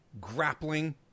grappling